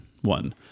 one